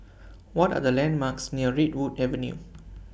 What Are The landmarks near Redwood Avenue